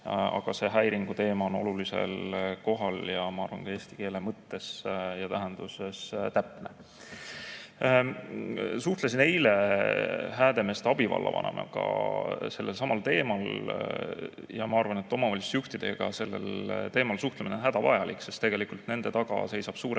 Aga see häiringuteema on olulisel kohal ja ma arvan, et ka eesti keele mõttes ja tähenduses täpne. Ma suhtlesin eile Häädemeeste abivallavanemaga sellelsamal teemal. Ma arvan, et omavalitsusjuhtidega sellel teemal suhtlemine on hädavajalik, sest tegelikult nende taga seisab suuresti